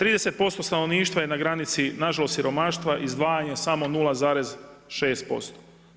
30% stanovništva je na granici na žalost siromaštva, izdvajanje samo 0,6%